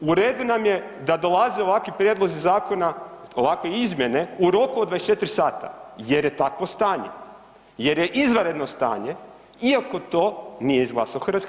U redu nam je da dolaze ovakvi prijedlozi zakona, ovakve izmjene u roku od 24 sata jer je takvo stanje jer je izvanredno stanje iako to nije izglasao HS.